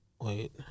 Wait